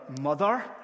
mother